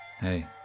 Hey